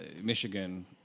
Michigan